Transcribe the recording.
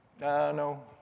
No